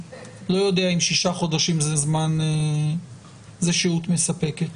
לא יודע אם 6 חודשים זו שהות מספקת.